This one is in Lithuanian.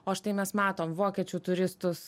o štai mes matom vokiečių turistus